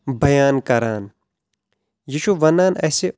بیان کران یہِ چھُ ونان اسہِ